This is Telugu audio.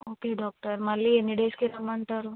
ఓకే డాక్టర్ మళ్ళీ ఎన్ని డేస్కి రమ్మంటారు